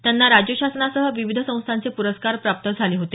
त्यांना राज्य शासनासह विविध संस्थांचे प्रस्कार प्राप्त झाले होते